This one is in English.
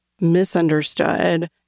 misunderstood